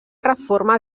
reforma